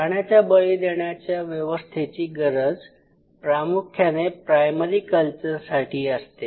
प्राण्याचा बळी देण्याच्या व्यवस्थेची गरज प्रामुख्याने प्रायमरी कल्चरसाठी असते